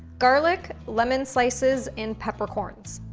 garlic, lemon slices, and peppercorns.